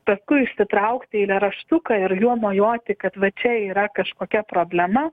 paskui išsitraukt eilėraštuką ir juo mojuoti kad va čia yra kažkokia problema